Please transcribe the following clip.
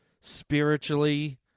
spiritually